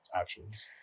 actions